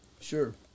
Sure